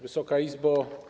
Wysoka Izbo!